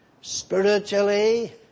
spiritually